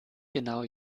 genau